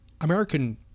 American